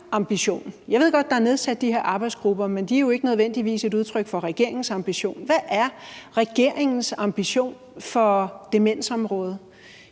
ambition. Jeg ved godt, til at der er nedsat de her arbejdsgrupper, men de er jo ikke nødvendigvis et udtryk for regeringens ambition. Hvad er regeringens ambition for demensområdet?